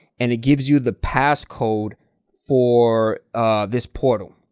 and it gives you the past code for this portal,